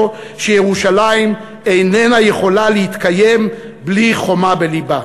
שירושלים איננה יכולה להתקיים בלי חומה בלבה.